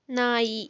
ನಾಯಿ